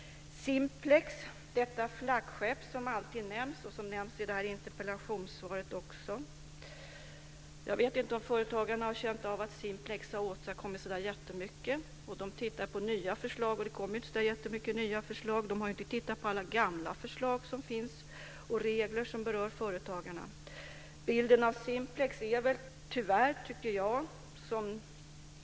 Simplex är ett flaggskepp som alltid nämns och som också nämns i interpellationssvaret. Jag vet inte om företagen anser Simplex har åstadkommit så mycket. Det kommer inte så många nya förslag, men man har inte tittat på de gamla förslag som finns och de regler som berör företagarna. Tyvärr är bilden av Simplex inte så lysande.